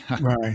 Right